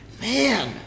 man